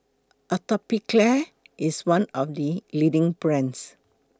Atopiclair IS one of The leading brands